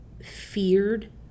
feared